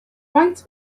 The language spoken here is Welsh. faint